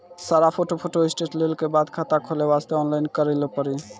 सारा photo photostat लेल के बाद खाता खोले वास्ते ऑनलाइन करिल पड़ी?